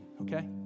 okay